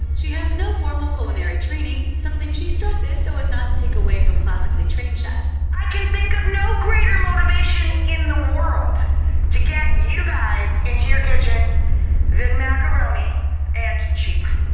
she has no formal culinary training, something she stresses so as not to take away from classically trained chefs. i can think of no greater motivation in the world to get you guys into your kitchen than macaroni and cheese.